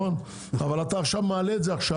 אבל אתה מעלה את זה עכשיו,